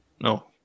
no